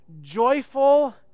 joyful